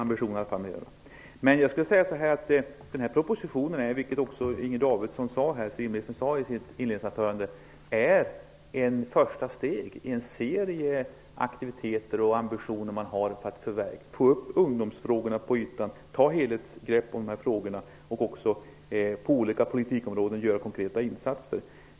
Men jag skulle vilja säga att den här propositionen är, vilket civilministern sade i sitt inledningsanförande, ett första steg i en serie aktiviteter och ambitioner man har för att få upp ungdomsfrågorna på ytan, ta helhetsgrepp på de här frågorna och också på alla politikområden göra konkreta insatser.